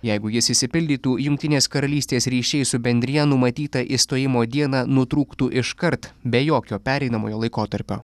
jeigu jis išsipildytų jungtinės karalystės ryšiai su bendrija numatytą išstojimo dieną nutrūktų iškart be jokio pereinamojo laikotarpio